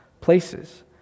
places